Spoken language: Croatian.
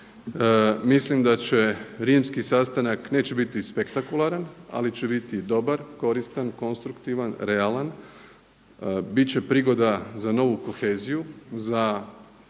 mislim da će rimski sastanak, neće biti spektakularan, ali će biti dobar, koristan, konstruktivan, realan, bit će prigoda za novu koheziju, za